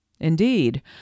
indeed